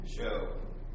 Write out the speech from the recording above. show